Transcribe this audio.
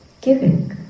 giving